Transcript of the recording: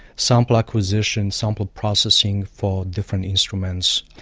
sample acquisition, sample processing for different instruments,